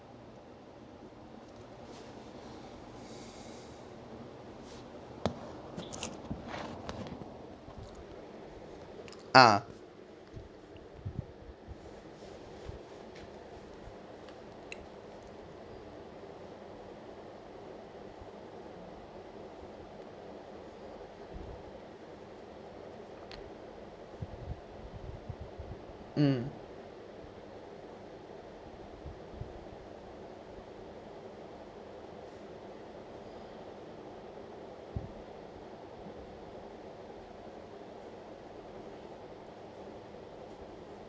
ah mm